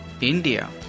India